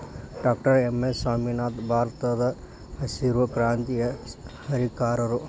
doctor M S Swaminathan ಭಾರತದಹಸಿರು ಕ್ರಾಂತಿಯ ಹರಿಕಾರರು